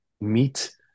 meet